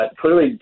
clearly